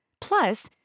Plus